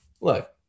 look